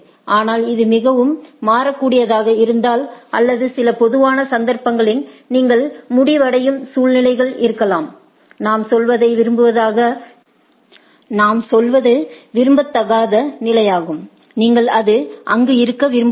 ஆனால் இது மிகவும் மாறக் கூடியதாக இருந்தால் அல்லது சில பொதுவான சந்தர்ப்பங்களில் நீங்கள் முடிவடையும் சூழ்நிலைகள் இருக்கலாம் நாம் சொல்வது விரும்பத்தகாத நிலையாகும் நீங்கள் அது அங்கு இருக்க விரும்பவில்லை